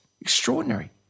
Extraordinary